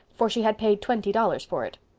for she had paid twenty dollars for it.